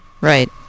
Right